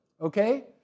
okay